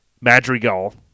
Madrigal